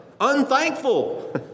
unthankful